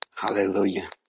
Hallelujah